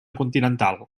continental